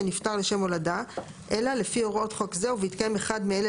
נפטר לשם הולדה אלא לפי הוראות חוק זה ובהתקיים אחד מאלה